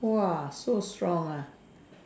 !wah! so strong ah